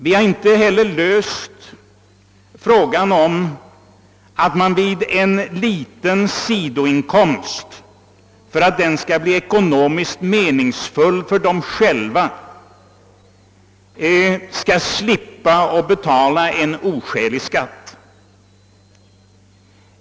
Vi har inte heller löst frågan om hur pensionärerna skall slippa betala en oskälig skatt på en liten sidoinkomst, så att denna blir ekonomiskt meningsfull.